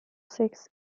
six